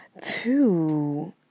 Two